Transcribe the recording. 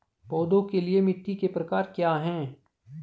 पौधों के लिए मिट्टी के प्रकार क्या हैं?